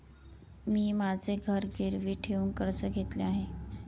मी माझे घर गिरवी ठेवून कर्ज घेतले आहे